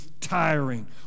tiring